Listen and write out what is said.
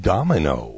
Domino